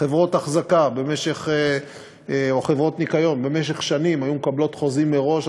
חברות אחזקה או חברות ניקיון במשך שנים היו מקבלות חוזים מראש,